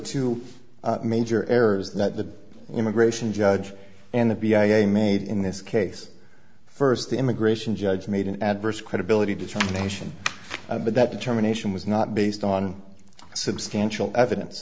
two major errors that the immigration judge and the b i a made in this case first the immigration judge made an adverse credibility determination but that determination was not based on substantial evidence